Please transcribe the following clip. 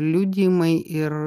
liudijimai ir